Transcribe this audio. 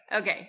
Okay